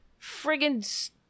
friggin